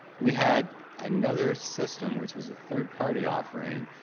we had another system, which was a third party offering.